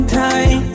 time